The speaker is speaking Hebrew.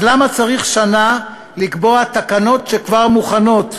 אז למה צריך שנה כדי לקבוע תקנות שכבר מוכנות?